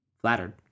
Flattered